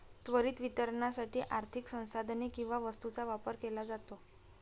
त्वरित वितरणासाठी आर्थिक संसाधने किंवा वस्तूंचा व्यापार केला जातो